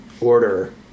order